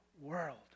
world